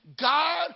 God